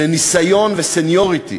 לניסיון ולסניוריטי.